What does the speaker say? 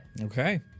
Okay